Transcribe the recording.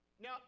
Now